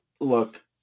look